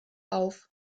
auf